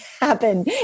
happen